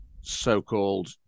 so-called